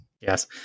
Yes